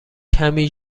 کمی